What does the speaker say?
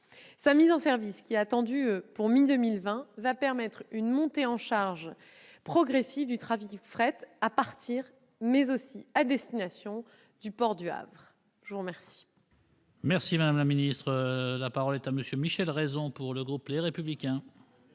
Sa mise en service, attendue pour mi-2020, va permettre une montée en charge progressive du trafic fret à partir, mais aussi à destination, du port du Havre. La parole